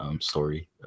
story